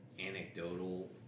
Anecdotal